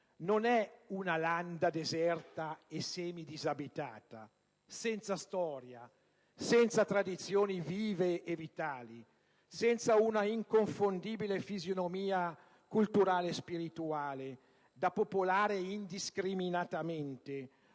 non è una landa deserta o semidisabitata, senza storia, senza tradizioni vive e vitali, senza una inconfondibile fisionomia culturale e spirituale, da popolare indiscriminatamente,